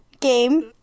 game